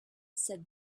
said